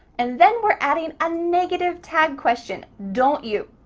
and then, we're adding a negative tag question. don't you.